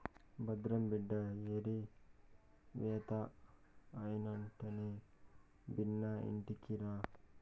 భద్రం బిడ్డా ఏరివేత అయినెంటనే బిన్నా ఇంటికిరా